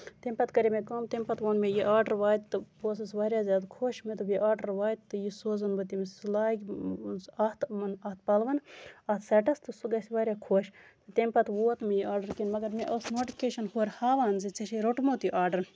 تَمہِ پَتہٕ کَرے مےٚ کٲم تَمہِ پَتہٕ ووٚن مےٚ یہِ آرڈر واتہِ تہٕ بہٕ ٲسٕس واریاہ زیادٕ خۄش مےٚ دوٚپ یہِ آرڈر واتہِ تہٕ یہِ سوزَن مےٚ تٔمِس سُہ لاگہِ سُہ اَتھ یِمَن پَلوَن اَتھ سیٹَس تہٕ سُہ گژھِ واریاہ خۄش تَمہِ پَتہٕ ووت نہٕ مےٚ یہِ آرڈر کیٚنہہ مَگر مےٚ ٲس نوٹِفِکیشَن ہورٕ ہاوان زِ ژےٚ چھُے روٚٹمُت یہِ آرڈر